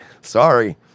Sorry